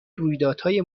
رویدادهای